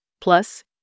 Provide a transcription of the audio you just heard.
plus